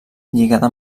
lligada